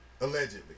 Allegedly